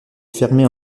fermé